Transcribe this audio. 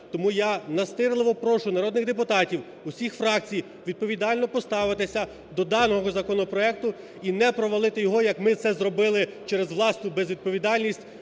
Тому я настирливо прошу народних депутатів усіх фракцій відповідально поставитися до даного законопроекту і не провалити його, як ми це зробили через власну безвідповідальність